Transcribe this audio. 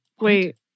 Wait